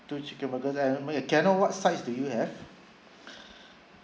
two chicken burgers and wait can I know what sides do you have